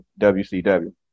WCW